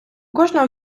кожного